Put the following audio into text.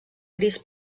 gris